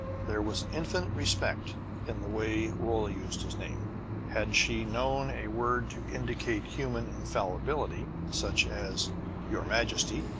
there was infinite respect in the way rolla used his name had she known a word to indicate human infallibility, such as your majesty,